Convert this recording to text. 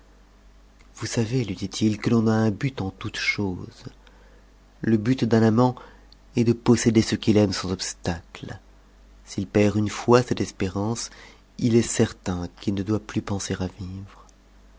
vous savez lui dit-il que l'on a un but en toutes choses le but d'un amant est de posséder ce qu'il aime sans obstacle s'il perd une fois cette espérance il est certain qu'il ne doit plus penser à vivre